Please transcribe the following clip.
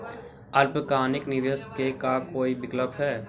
अल्पकालिक निवेश के का कोई विकल्प है?